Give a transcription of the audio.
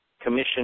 commission